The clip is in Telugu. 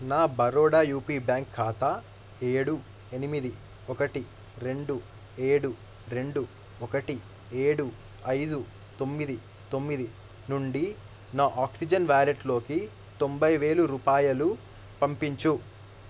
నా బరోడా యూపీ బ్యాంక్ ఖాతా ఏడు ఎనిమిది ఒకటి రెండు ఏడు రెండు ఒకటి ఏడు ఐదు తొమ్మిది తొమ్మిది నుండి నా ఆక్సిజన్ వ్యాలెట్లోకి తొంభై వేలు రూపాయలు పంపించు